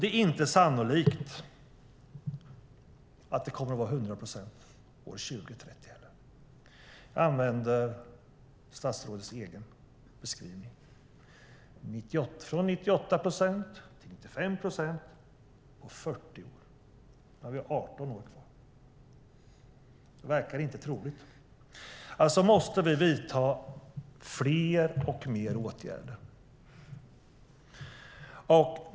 Det är inte heller sannolikt att det kommer att vara 100 procent år 2030. Jag använder statsrådets egen beskrivning: från 98 procent till 95 procent på 40 år. Nu har vi 18 år kvar. Det verkar inte troligt. Alltså måste vi vidta fler åtgärder.